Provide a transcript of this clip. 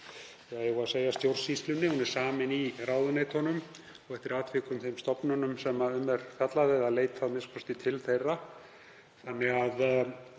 þannig að